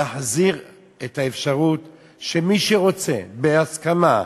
להחזיר את האפשרות שמי שרוצה בהסכמה,